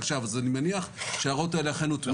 שווא אז אני מניח שהערות האלה אכן הוטמעו.